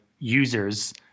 users